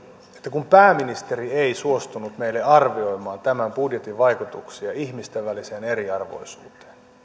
kun pääministeri ei suostunut meille arvioimaan tämän budjetin vaikutuksia ihmisten väliseen eriarvoisuuteen